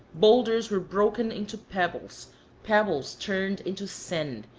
boulders were broken into pebbles pebbles turned into sand,